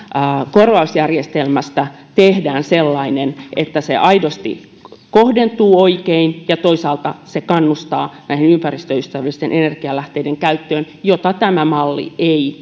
korvausjärjestelmästä tehdään sellainen että se aidosti kohdentuu oikein ja toisaalta kannustaa näiden ympäristöystävällisten energialähteiden käyttöön mitä tämä malli ei